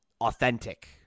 authentic